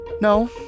No